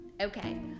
Okay